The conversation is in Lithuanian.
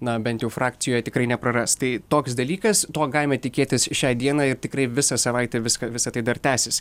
na bent jau frakcijoje tikrai nepraras tai toks dalykas to galime tikėtis šią dieną ir tikrai visą savaitę viską visa tai dar tęsis